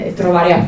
trovare